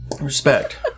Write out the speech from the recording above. Respect